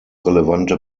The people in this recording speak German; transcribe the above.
relevante